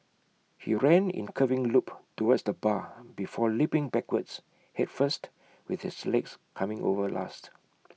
he ran in curving loop towards the bar before leaping backwards Head first with his legs coming over last